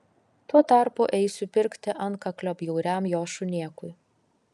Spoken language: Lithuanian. tuo tarpu eisiu pirkti antkaklio bjauriam jos šunėkui